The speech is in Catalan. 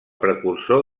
precursor